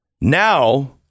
Now